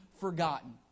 forgotten